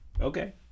Okay